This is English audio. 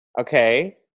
Okay